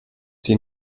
die